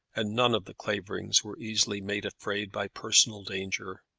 and none of the claverings were easily made afraid by personal danger.